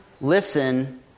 listen